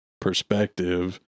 perspective